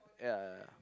ya ya